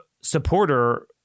supporter